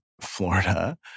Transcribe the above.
Florida